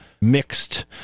mixed